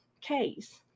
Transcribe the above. case